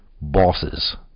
bosses